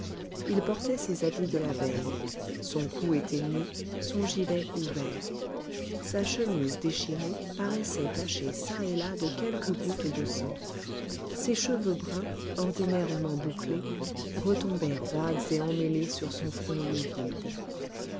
il portait ses habits de la veille son cou était nu son gilet ouvert sa chemise déchirée paraissait tachée çà et là de quelques gouttes de sang ses cheveux bruns ordinairement bouclés retombaient roides et emmêlés sur son front livide